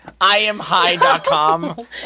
IamHigh.com